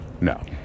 No